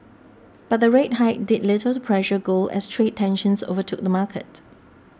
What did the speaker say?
but the rate hike did little to pressure gold as trade tensions overtook the market